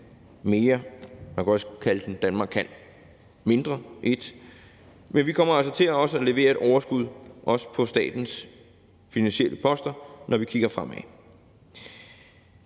I« – man kunne også kalde den Danmark kan mindre I. Men vi kommer altså også til at levere et overskud på statens finansielle poster, når vi kigger fremad.